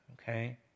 Okay